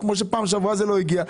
כמו שפעם שעברה לא הגיע,